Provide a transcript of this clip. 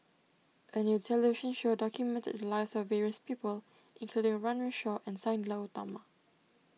a new television show documented the lives of various people including Runme Shaw and Sang glow Utama